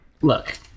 Look